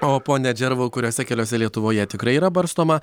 o pone džervau kuriuose keliuose lietuvoje tikrai yra barstoma